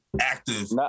active